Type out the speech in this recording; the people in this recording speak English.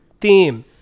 theme